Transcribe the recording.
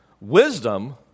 Wisdom